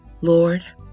Lord